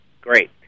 Great